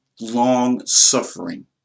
long-suffering